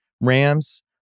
Rams